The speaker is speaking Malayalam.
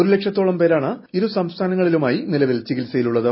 ഒരു ലക്ഷത്തോളം പേരാണ് ഇരു സംസ്ഥാനങ്ങളിലും നിലവിൽ ചികിത്സയിലുള്ളത്